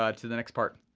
but to the next part.